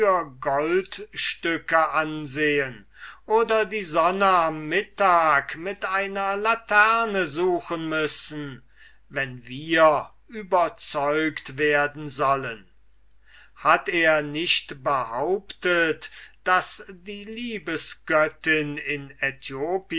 goldstücke ansehen oder die sonne am mittag mit einer laterne suchen müssen wenn wir überzeugt werden sollen hat er nicht behauptet daß die liebesgöttin in